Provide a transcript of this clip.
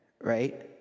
right